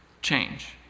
change